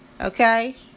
okay